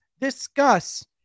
discuss